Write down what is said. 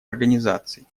организаций